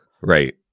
Right